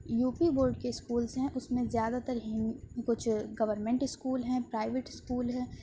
you P board کے schools ہیں اس میں زیادہ تر ہن کچھ گوورمیںٹ اسکول ہیں پرائیویٹ اسکول ہیں